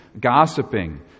gossiping